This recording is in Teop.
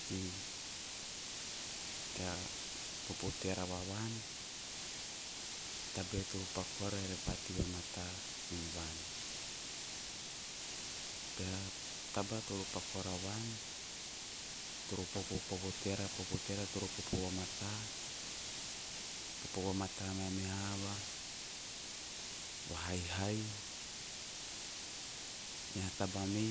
Okei tea popo teara va vavi tabae toro paku ara, iara repa tei vamata peha taba toro paku ana van, toro popo, popo teara va van toro mata. Popo vamata mea meha aba, vahaihai meha taba me